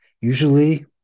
usually